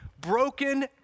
broken